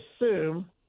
assume